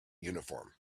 uniform